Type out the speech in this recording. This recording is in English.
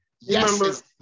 yes